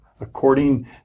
according